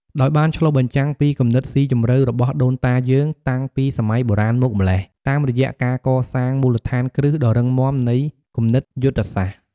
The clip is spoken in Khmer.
ដោយបានឆ្លុះបញ្ចាំងពីគំនិតស៊ីជម្រៅរបស់ដូនតាយើងតាំងពីសម័យបុរាណមកម្ល៉េះ តាមរយៈការកសាងមូលដ្ឋានគ្រឹះដ៏រឹងមាំនៃគំនិតយុទ្ធសាស្ត្រ។